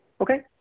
Okay